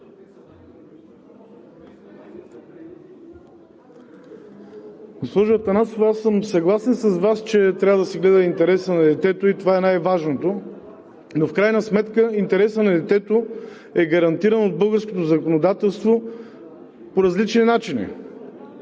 Атанасова, аз съм съгласен с Вас, че трябва да се гледа интересът на детето и това е най важното, но в крайна сметка интересът на детето е гарантиран от българското законодателство по различни начини.